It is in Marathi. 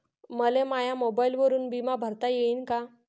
मले माया मोबाईलवरून बिमा भरता येईन का?